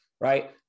right